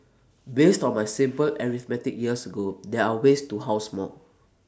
based on my simple arithmetic years ago there are ways to house more